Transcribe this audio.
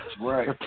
Right